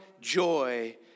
joy